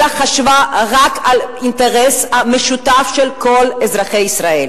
אלא חשבה רק על האינטרס המשותף של כל אזרחי ישראל.